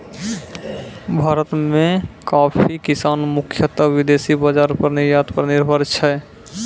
भारत मॅ कॉफी किसान मुख्यतः विदेशी बाजार पर निर्यात पर निर्भर छै